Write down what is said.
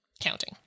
counting